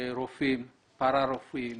רופאים, פרה-רפואיים